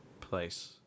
place